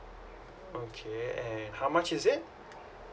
okay and how much is it